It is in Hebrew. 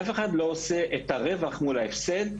אף אחד לא מחשב את הרווח מול ההפסד,